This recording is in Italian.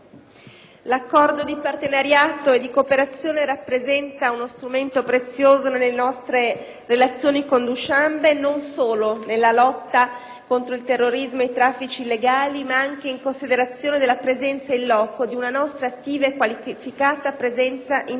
contro il terrorismo e i traffici illegali ma anche in considerazione della presenza in loco di una nostra attiva e qualificata presenza imprenditoriale. Sono inoltre da tenersi nella dovuta considerazione le grandi aspettative che le autorità tagike nutrono nei confronti del nostro Paese,